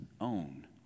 own